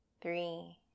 three